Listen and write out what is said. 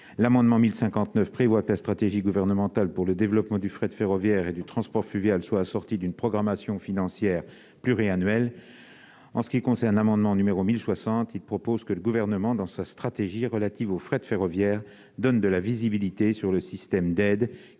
L'amendement n° 1059 rectifié prévoit que la stratégie gouvernementale pour le développement du fret ferroviaire et du transport fluvial soit assortie d'une programmation financière pluriannuelle. Quant à l'amendement n° 1060 rectifié, il vise à ce que le Gouvernement, dans sa stratégie relative au fret ferroviaire, donne de la visibilité sur le système d'aides